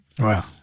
Wow